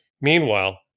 meanwhile